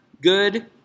good